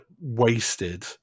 wasted